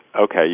okay